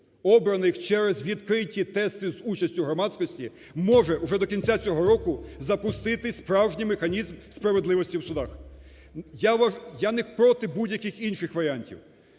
обраних через відкриті тести з участю громадськості, може уже до кінця цього року запустити справжній механізм справедливості в судах. Я не проти будь-яких інших варіантів,